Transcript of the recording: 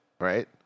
right